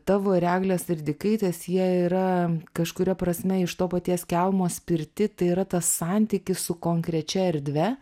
tavo ir eglės ridikaitės jie yra kažkuria prasme iš to paties kelmo spirti tai yra tas santykis su konkrečia erdve